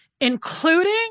including